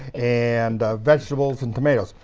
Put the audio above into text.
and vegetables and tomatoes.